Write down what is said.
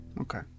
Okay